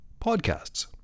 podcasts